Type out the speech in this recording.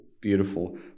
Beautiful